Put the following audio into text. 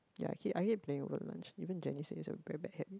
ya I keep I keep playing over lunch even Janice say it's a very bad habit